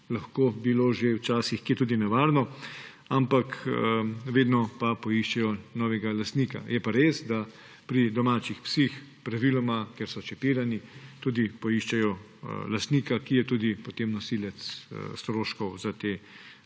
lahko bilo že včasih kje tudi nevarno. Ampak vedno pa poiščejo novega lastnika. Je pa res, da pri domačih psih praviloma, ker so čipirani, tudi poiščejo lastnika, ki je tudi potem nosilec stroškov za to